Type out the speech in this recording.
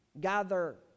gather